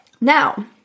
Now